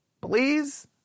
Please